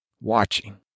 watching